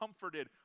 comforted